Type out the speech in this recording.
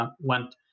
went